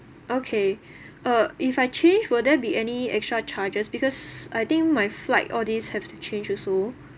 okay uh if I change will there be any extra charges because I think my flight all these have to change also